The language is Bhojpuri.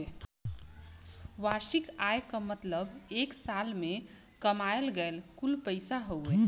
वार्षिक आय क मतलब एक साल में कमायल गयल कुल पैसा हउवे